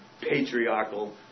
patriarchal